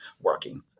working